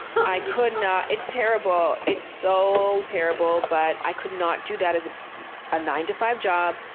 i could not, it's terrible. it's so terrible. but i could not do that as a nine to five job.